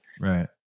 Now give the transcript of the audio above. Right